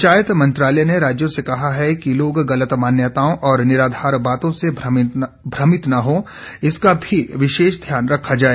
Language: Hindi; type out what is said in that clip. पंचायत मंत्रालय ने राज्यों से कहा है कि लोग गलत मान्यताओं और निराधार बातों से भ्रमित न हों इसका भी विशेष ध्यान रखा जाए